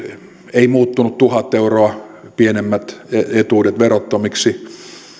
eivät muuttuneet tuhat euroa pienemmät etuudet verottomiksi